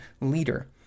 leader